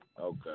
Okay